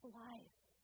life